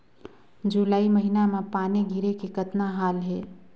जुलाई महीना म पानी गिरे के कतना हाल हे?